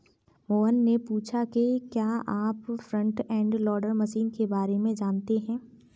मोहन ने पूछा कि क्या आप फ्रंट एंड लोडर मशीन के बारे में जानते हैं?